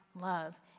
love